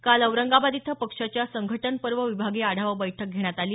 काल औरंगाबाद इथं पक्षाच्या संघटनपर्व विभागीय आढावा बैठक घेण्यात आली